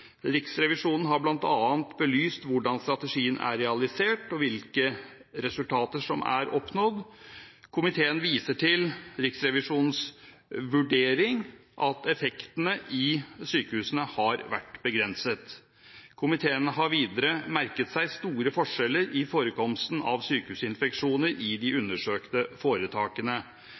Riksrevisjonen har bl.a. belyst hvordan strategien er realisert og hvilke resultater som er oppnådd. Komiteen viser til Riksrevisjonens vurdering av at effektene i sykehusene har vært begrenset. Komiteen har videre merket seg store forskjeller i forekomsten av sykehusinfeksjoner i de undersøkte foretakene.